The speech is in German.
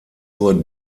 nur